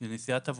מנסיעת עבודה,